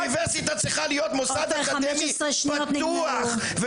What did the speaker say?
אוניברסיטה צריכה להיות מוסד אקדמי פתוח,